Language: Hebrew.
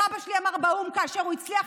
איך אבא שלי אמר באו"ם כאשר הוא הצליח